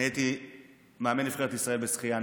הייתי מאמן נבחרת ישראל בשחייה,